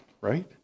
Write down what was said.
right